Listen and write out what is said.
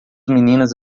meninas